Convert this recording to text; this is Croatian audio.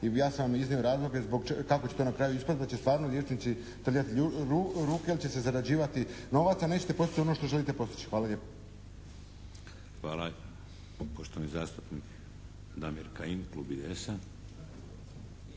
Ja sam iznio razloge kako će to na kraju ispasti, da će stvarno liječiti trljati ruke jer će se zarađivati novaca, nećete postići ono što želite postići. Hvala lijepa. **Šeks, Vladimir (HDZ)** Hvala. Poštovani zastupnik Damir Kajin, klub IDS-a.